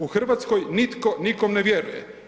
U Hrvatskoj nitko nikome ne vjeruje.